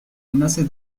enlace